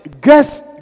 guess